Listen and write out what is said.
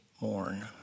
mourn